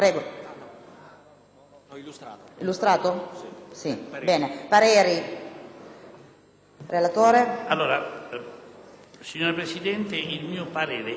Signora Presidente, esprimo parere contrario